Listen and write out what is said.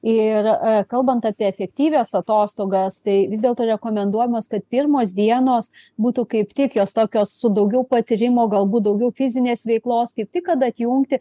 ir kalbant apie efektyvias atostogas tai vis dėlto rekomenduojamos kad pirmos dienos būtų kaip tik jos tokios su daugiau patyrimo galbūt daugiau fizinės veiklos kaip tik kad atjungti